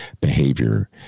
behavior